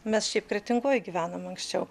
mes šiaip kretingoj gyvenom anksčiau